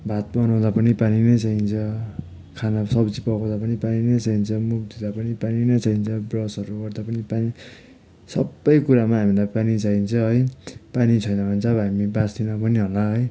भात बनाउँदा पनि पानी नै चाहिन्छ खाना सब्जी पकाउँदा पनि पानी नै चाहिन्छ मुख धुँदा पनि पानी नै चाहिन्छ ब्रसहरू गर्दा पनि पानी सबै कुरामा हामीलाई पानी चाहिन्छ है पानी छैन भने चाहिँ अब हामी बाँच्दैन पनि होला है